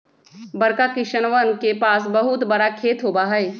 बड़का किसनवन के पास बहुत बड़ा खेत होबा हई